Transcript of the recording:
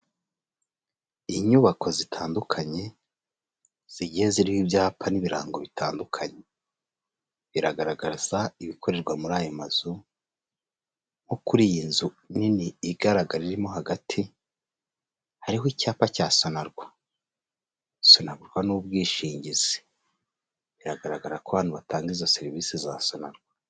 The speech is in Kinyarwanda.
Inyubako zitandukanye zigiye ziho ibyapa n'ibirango bitandukanye biragaragaza ibikorerwa muri ayo mazu, nko kuri iyi nzu nini igaragara irimo hagati hariho icyapa cya sonarwa. Sonagurwa n'ubwishingizi, biragaragara ko abantu batanga izo serivisi za sonarwa.